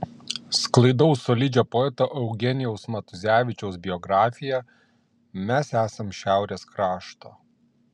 sklaidau solidžią poeto eugenijaus matuzevičiaus biografiją mes esam šiaurės krašto